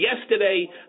Yesterday